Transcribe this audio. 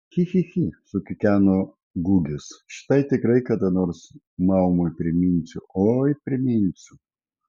chi chi chi sukikeno gugis šitai tikrai kada nors maumui priminsiu oi priminsiu